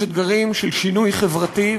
יש אתגרים של שינוי חברתי,